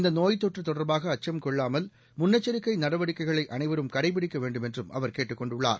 இந்த நோய் தொற்று தொடர்பாக அச்சம் கொள்ளாமல் முன்னெச்சிக்கை நடவடிக்கைகளை அனைவரும் கடைபிடிக்க வேண்டுமென்றும் அவர் கேட்டுக் கொண்டுள்ளார்